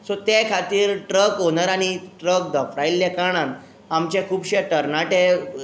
so त्या खातीर truck owner आनी ट्रक दफणायल्या कारणान आमचें खुबशे तरणाटे